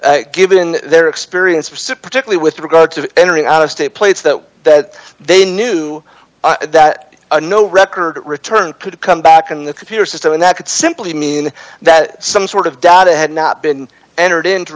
given their experience pursuit particularly with regard to entering out of state plates that they knew that no record return could come back in the computer system and that could simply mean that some sort of data had not been entered into